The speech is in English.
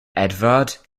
edvard